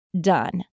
done